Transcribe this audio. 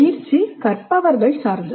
பயிற்சி கற்பவர்கள் சார்ந்தது